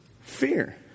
Fear